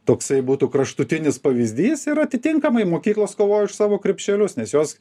toksai būtų kraštutinis pavyzdys ir atitinkamai mokyklos kovoja už savo krepšelius nes jos